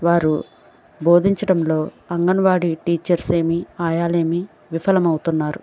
వారు బోధించడంలో అంగన్వాడీ టీచర్స్ ఏమి ఆయాలేమి విఫలమవుతున్నారు